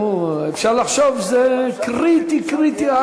אפשר לחשוב שזה קריטי קריטי,